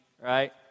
right